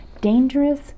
dangerous